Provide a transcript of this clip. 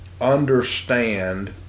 understand